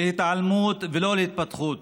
להתעלמות ולא להתפתחות,